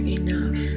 enough